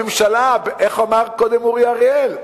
הממשלה, איך אמר קודם אורי אריאל?